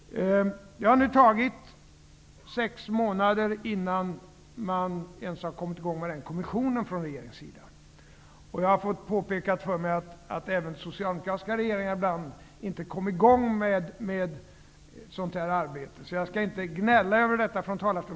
Det har nu tagit sex månader innan regeringen ens har kommit i gång med kommissionen som skulle arbeta med detta. Jag har fått påpekat för mig att även socialdemokratiska regeringar ibland inte kom i gång med sådant här arbete, så jag skall inte gnälla över detta från talarstolen.